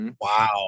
Wow